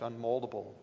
unmoldable